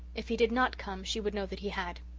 if he did not come she would know that he had.